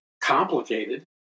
complicated